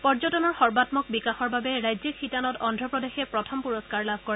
পৰ্যটনৰ সৰ্বাম্মক বিকাশৰ বাবে ৰাজ্যিক শিতানত অন্ধ্ৰ প্ৰদেশে প্ৰথম পূৰস্থাৰ লাভ কৰে